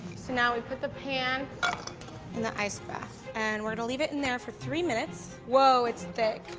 so now we put the pan in the ice bath and we're gonna leave it in there for three minutes. whoa, it's thick.